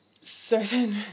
certain